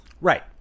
Right